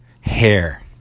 hair